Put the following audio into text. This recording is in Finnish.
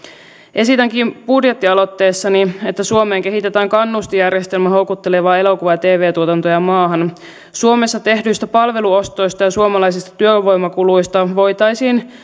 esitänkin budjettialoitteessani että suomeen kehitetään kannustinjärjestelmä houkuttelemaan elokuva ja tv tuotantoja maahan suomessa tehdyistä palveluostoista ja suomalaisista työvoimakuluista voitaisiin